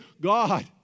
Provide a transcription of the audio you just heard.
God